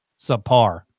subpar